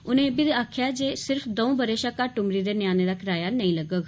उनें इब्बी आक्खेआ जे सिर्फ दर्ऊ ब'रे शा घट्ट उमरी दे न्याणे दा किराया नेई लग्गोग